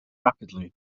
rapidly